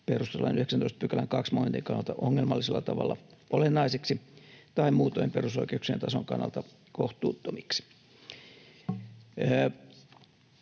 perustuslain 19 §:n 2 momentin kannalta ongelmallisella tavalla olennaisiksi tai muutoin perusoikeuksien tason kannalta kohtuuttomiksi.”